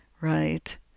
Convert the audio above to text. right